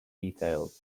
details